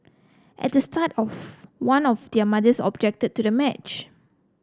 at the start of one of their mothers objected to the match